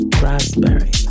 raspberry